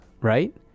right